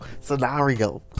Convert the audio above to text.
Scenario